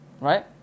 right